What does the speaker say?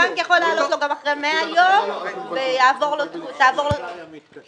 הבנק יכול לענות לו גם אחרי 100 יום -- 30 יום.